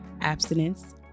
abstinence